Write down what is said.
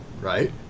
right